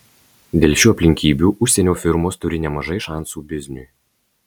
dėl šių aplinkybių užsienio firmos turi nemažai šansų bizniui